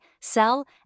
sell